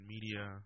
media